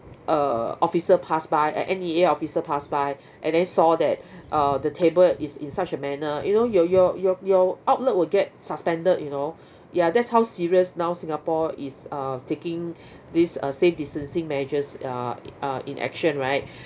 a officer pass by a N_E_A officer pass by and then saw that uh the table is in such a manner you know your your your your outlet will get suspended you know ya that's how serious now singapore is uh taking these uh safe distancing measures uh uh in action right